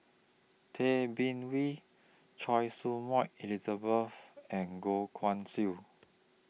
Tay Bin Wee Choy Su Moi Elizabeth and Goh Guan Siew